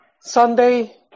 Sunday